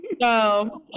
No